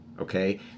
okay